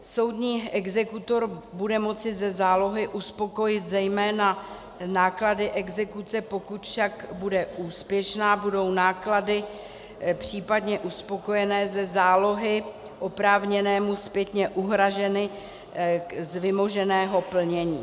Soudní exekutor bude moci ze zálohy uspokojit zejména náklady exekuce, pokud však bude úspěšná, budou náklady případně uspokojené ze zálohy oprávněnému zpětně uhrazeny z vymoženého plnění.